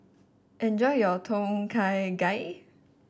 enjoy your Tom Kha Gai